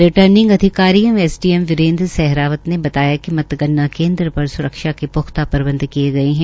returning अधिकारी एवं SDM Virender Sehrawat ने बताया कि मतगणना केन्द्र पर स्रक्षा के प्ख्ता प्रबंध किए गए है